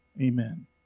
Amen